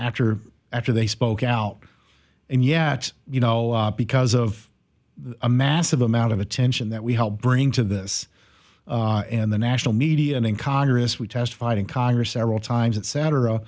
after after they spoke out and yet you know because of a massive amount of attention that we helped bring to this and the national media and in congress we testified in congress several times et